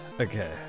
Okay